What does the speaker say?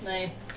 Nice